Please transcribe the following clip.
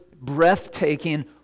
breathtaking